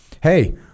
hey